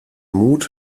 mut